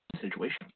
situation